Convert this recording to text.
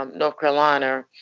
um north carolina,